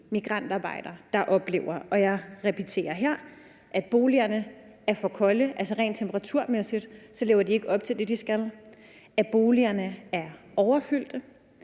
siger, at de oplever, og her refererer jeg: at boligerne er for kolde, altså at de rent til temperaturmæssigt ikke lever op til det, de skal; at boligerne er overfyldte;